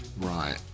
Right